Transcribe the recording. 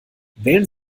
wählen